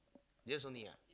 just only [ajh]